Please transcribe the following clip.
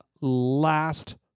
last